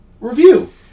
Review